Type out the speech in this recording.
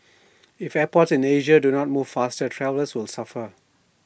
if airports in Asia do not move faster travellers will suffer